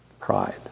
Pride